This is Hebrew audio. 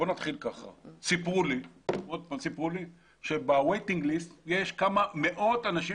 סיפרו לי שברשימת ההמתנה יש מאות אנשים